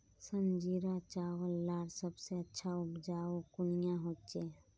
संजीरा चावल लार सबसे अच्छा उपजाऊ कुनियाँ होचए?